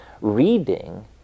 reading